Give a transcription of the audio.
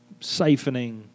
siphoning